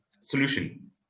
solution